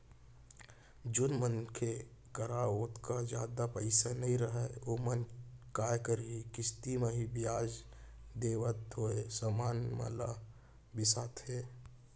जेन मनसे करा ओतका जादा पइसा नइ रहय ओमन काय करहीं किस्ती म ही बियाज देवत होय समान मन ल बिसाथें